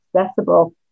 accessible